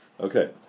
Okay